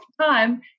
time